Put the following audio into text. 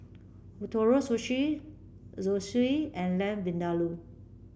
Ootoro Sushi Zosui and Lamb Vindaloo